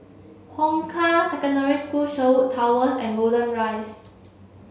Hong Kah Secondary School Sherwood Towers and Golden Rise